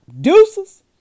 Deuces